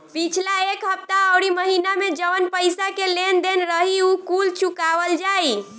पिछला एक हफ्ता अउरी महीना में जवन पईसा के लेन देन रही उ कुल चुकावल जाई